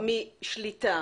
בשטח הדברים יוצאים משליטה